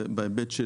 אבל חשוב,